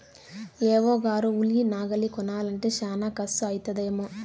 AO గారు ఉలి నాగలి కొనాలంటే శానా కర్సు అయితదేమో